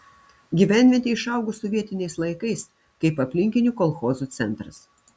gyvenvietė išaugo sovietiniais laikais kaip aplinkinių kolchozų centras